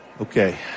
okay